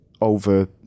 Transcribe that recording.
over